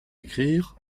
écrire